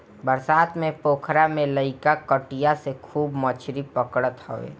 बरसात में पोखरा में लईका कटिया से खूब मछरी पकड़त हवे